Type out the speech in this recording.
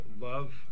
love